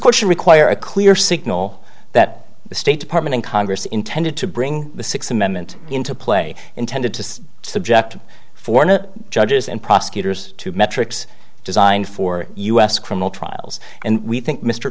question require a clear signal that the state department and congress intended to bring the six amendment into play intended to subject foreigner judges and prosecutors to metrics designed for us criminal trials and we think mr